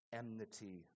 enmity